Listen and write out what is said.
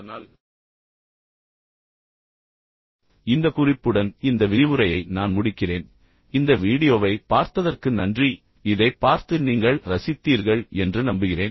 அதனால் இந்த குறிப்புடன் இந்த விரிவுரையை நான் முடிக்கிறேன் இந்த வீடியோவைப் பார்த்ததற்கு நன்றி இதைப் பார்த்து நீங்கள் ரசித்தீர்கள் என்று நம்புகிறேன்